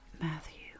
Matthew